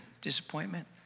disappointment